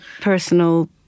personal